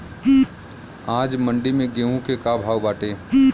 आज मंडी में गेहूँ के का भाव बाटे?